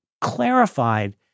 clarified